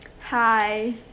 Hi